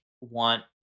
want